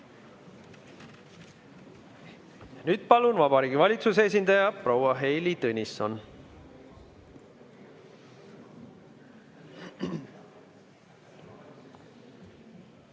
Nüüd palun, Vabariigi Valitsuse esindaja proua Heili Tõnisson!